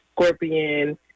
scorpion